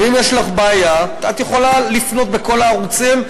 ואם יש לך בעיה, את יכולה לפנות בכל הערוצים.